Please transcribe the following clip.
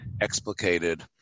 explicated